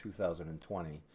2020